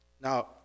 Now